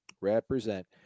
represent